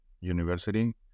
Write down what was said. university